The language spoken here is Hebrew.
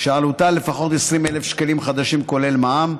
שעלותה לפחות 20,000 שקלים חדשים כולל מע"מ.